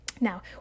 Now